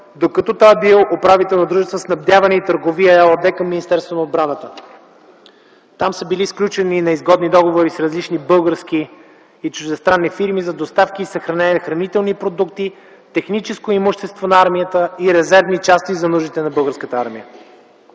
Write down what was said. докато е бил управител на дружество "Снабдяване и търговия" ЕООД към Министерството на отбраната. Там са били сключени неизгодни договори с различни български и чуждестранни фирми за доставки и съхранение на хранителни продукти, техническо имущество и резервни части за нуждите на Българската армия.